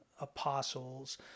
apostles